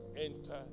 enter